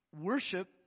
Worship